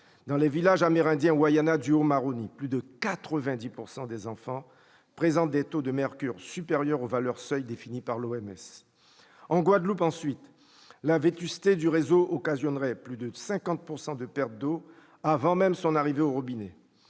dans les villages amérindiens Wayanas du Haut-Maroni, plus de 90 % des enfants présentent des taux de mercure supérieurs aux seuils définis par l'Organisation mondiale de la santé ! En Guadeloupe, ensuite, la vétusté du réseau occasionnerait plus de 50 % de pertes d'eau avant même son arrivée au robinet